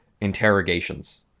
interrogations